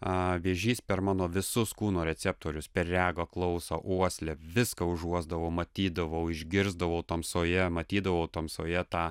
a vėžys per mano visus kūno receptorius per regą klausą uoslę viską užuosdavau matydavau išgirsdavau tamsoje matydavau tamsoje tą